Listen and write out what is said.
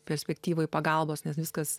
perspektyvai pagalbos nes viskas